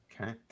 Okay